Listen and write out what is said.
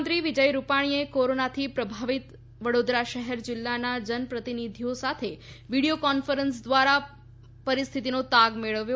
મુખ્યમંત્રી વિજય રૂપાણીએ કોરોનાથી પ્રભાવિત વડોદરા શહેર જીલ્લાના જનપ્રતિનિધિઓ સાથે વીડીયો કોન્ફરન્સ ધ્વારા પરિસ્થિતિનો તાગ મેળવ્યો